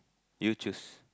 you choose